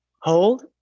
hold